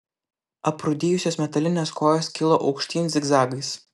aprūdijusios metalinės kojos kilo aukštyn zigzagais